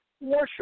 worship